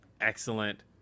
excellent